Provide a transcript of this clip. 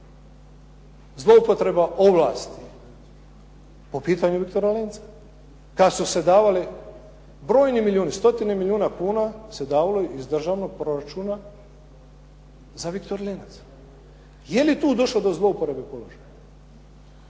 zloupotreba ovlasti po pitanju Viktora Lenca, kada su se davali brojni milijuni, stotine milijuna kuna se davalo iz državnog proračuna za Viktor Lenac. Je li tu došlo do zloupotrabe položaja?